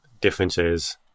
differences